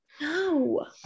No